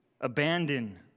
abandon